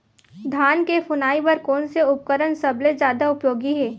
धान के फुनाई बर कोन से उपकरण सबले जादा उपयोगी हे?